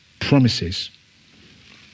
promises